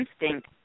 instinct